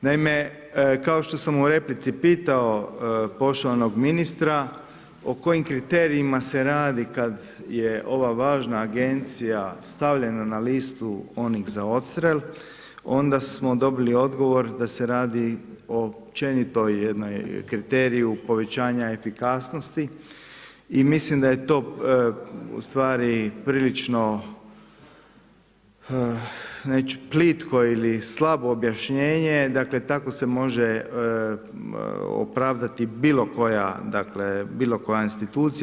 Naime, kao što sam u replici pitao poštovanog ministra, o kojim kriterijima se radi kad je ova važna agencija stavljena na listu onih za odstrel, onda smo dobili odgovor da se radi općenito o jednom kriteriju povećanja efikasnosti i mislim da je to u stvari, prilično plitko ili slabo objašnjene dakle, tako se može opravdati bilo koja, dakle bilo koja institucija.